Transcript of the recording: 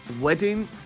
wedding